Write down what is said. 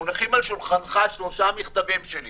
מונחים על שולחנך שלושה מכתבים שלי